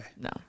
No